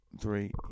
three